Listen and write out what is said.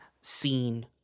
scene